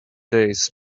days